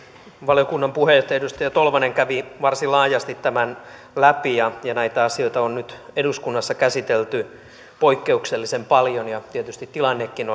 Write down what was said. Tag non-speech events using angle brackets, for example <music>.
valiokunnan puheenjohtaja edustaja tolvanen kävi varsin laajasti tämän läpi ja ja näitä asioita on nyt eduskunnassa käsitelty poikkeuksellisen paljon ja tietysti tilannekin <unintelligible>